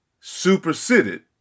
superseded